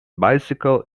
bicycle